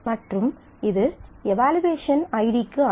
மற்றும் இது எவலுயேசன் ஐடிக்கு ஆனது